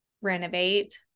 renovate